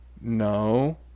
No